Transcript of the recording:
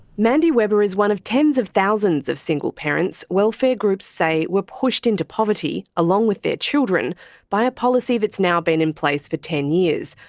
mandy webber is one of tens of thousands of single parents welfare groups say were pushed into poverty along with their children by a policy that's now been in place for ten years,